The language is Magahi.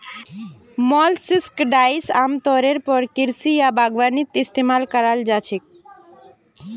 मोलस्किसाइड्स आमतौरेर पर कृषि या बागवानीत इस्तमाल कराल जा छेक